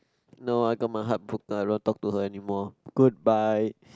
no I got my heart broken I don't want to talk to her anymore goodbye